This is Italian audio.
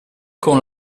con